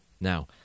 Now